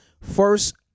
first